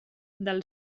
del